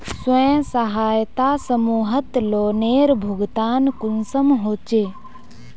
स्वयं सहायता समूहत लोनेर भुगतान कुंसम होचे?